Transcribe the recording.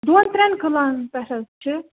ڈۄڈ ترٛٮ۪ن کنالن پٮ۪ٹھ حظ چھِ